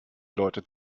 leute